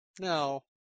No